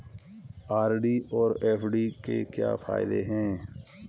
RD और FD के क्या फायदे हैं?